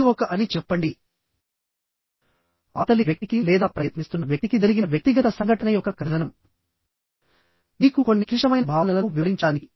ఇది ఒక అని చెప్పండి అవతలి వ్యక్తికి లేదా ప్రయత్నిస్తున్న వ్యక్తికి జరిగిన వ్యక్తిగత సంఘటన యొక్క కథనం మీకు కొన్ని క్లిష్టమైన భావనలను వివరించడానికి